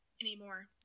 anymore